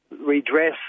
Redress